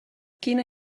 quina